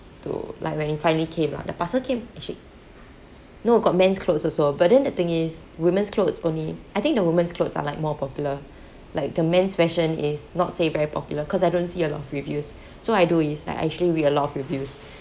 to like when it finally came ah the parcel came actually no got men's clothes also but then the thing is women's clothes only I think the women's clothes are like more popular like the men's fashion is not say very popular cause I don't see a lot of reviews so what I do is I actually read a lot of reviews